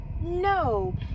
no